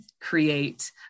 create